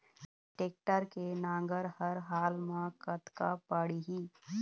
Tractor के नांगर हर हाल मा कतका पड़िही?